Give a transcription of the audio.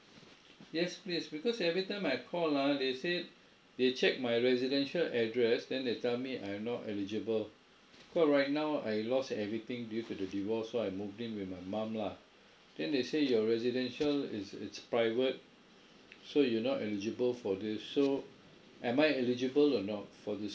yes please because every time I call ah they said they checked my residential address then they tell me I'm not eligible because right now I lost everything due to the divorce so I moved in with my mum lah then they say your residential it's it's private so you're not eligible for this so am I eligible or not for this